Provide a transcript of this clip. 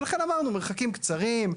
ולכן אמרנו מרחקים קצרים,